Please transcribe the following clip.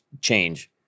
change